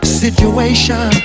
situation